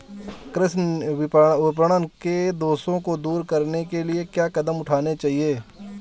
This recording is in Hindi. कृषि विपणन के दोषों को दूर करने के लिए क्या कदम उठाने चाहिए?